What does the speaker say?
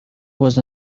was